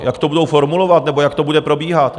Jak to budou formulovat nebo jak to bude probíhat?